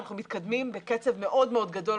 אנחנו מתקדמים בקצב מאוד גדול,